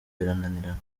birananirana